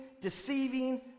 deceiving